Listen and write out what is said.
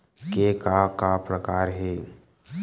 के का का प्रकार हे?